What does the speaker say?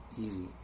easy